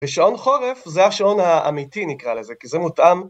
ושעון חורף זה השעון האמיתי נקרא לזה כי זה מותאם